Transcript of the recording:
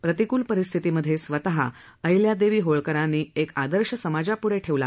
प्रतिकूल परिस्थितीमध्ये स्वतः पुण्यश्लोक अहिल्यादेवी होळकरांनी एक आदर्श समाजापुढे ठेवला